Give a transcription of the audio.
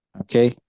Okay